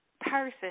person